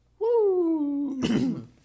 Woo